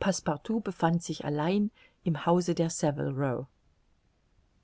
passepartout befand sich allein im hause der